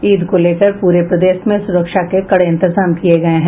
ईद को लेकर पूरे प्रदेश में सुरक्षा के कड़े इंतजाम किये गये हैं